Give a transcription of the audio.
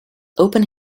open